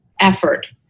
effort